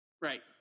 Right